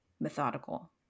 methodical